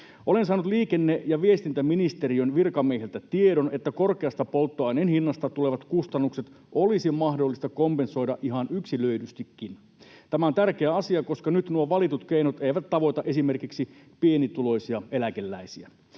Olen saanut liikenne- ja viestintäministeriön virkamiehiltä tiedon, että korkeasta polttoaineen hinnasta tulevat kustannukset olisi mahdollista kompensoida ihan yksilöidystikin. Tämä on tärkeä asia, koska nyt nuo valitut keinot eivät tavoita esimerkiksi pienituloisia eläkeläisiä.